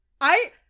I-